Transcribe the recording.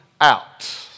out